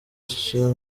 cher